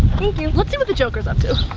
thank you. let's see what the joker's up to.